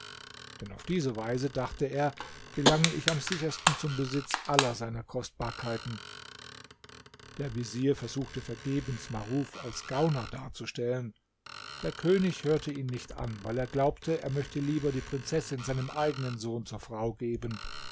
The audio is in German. denn auf diese weise dachte er gelange ich am sichersten zum besitz aller seiner kostbarkeiten der vezier versuchte vergebens maruf als gauner darzustellen der könig hörte ihn nicht an weil er glaubte er möchte lieber die prinzessin seinem eigenen sohn zur frau geben